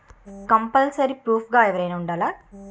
Compulsory proof గా ఎవరైనా ఉండాలా?